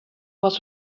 was